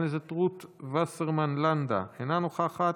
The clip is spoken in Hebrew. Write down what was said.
חברת הכנסת רות וסרמן לנדה, אינה נוכחת,